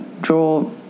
draw